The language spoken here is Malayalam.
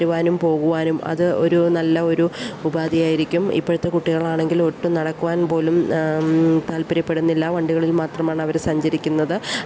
പോകുവാനും അത് ഒരു നല്ല ഒരു ഉപാധിയായിരിക്കും ഇപ്പോഴത്തെ കുട്ടികളാണെങ്കിൽ ഒട്ടും നടക്കുവാൻപോലും താല്പര്യപ്പെടുന്നില്ല വണ്ടികളിൽ മാത്രമാണ് അവര് സഞ്ചരിക്കുന്നത്